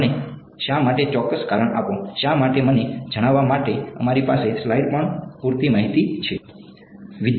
તો મને શા માટે ચોક્કસ કારણ આપો શા માટે મને જણાવવા માટે અમારી પાસે સ્લાઇડ પર પૂરતી માહિતી છે